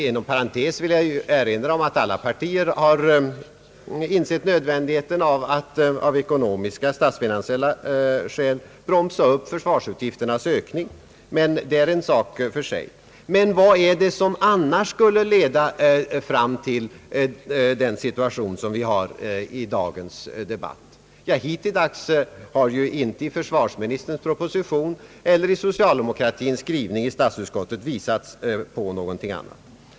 Inom parentes vill jag erinra om att alla partier har insett nödvändigheten av att av statsfinansiellia skäl bromsa upp ökningen av försvarsutgifterna — men det är en sak för sig. Vad är det som annars skulle leda fram till den situation som föreligger i dagens debatt? Hittillsdags har ju inte i försvarsministerns proposition eller i socialdemokratins skrivning i statsutskoitets utlåtande visats på någonting annat.